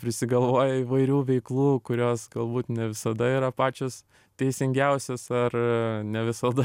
prisigalvoja įvairių veiklų kurios galbūt ne visada yra pačios teisingiausios ar ne visada